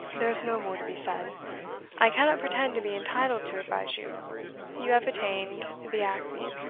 there's no more to be said i cannot pretend to be entitled to advise you you have attained the acme'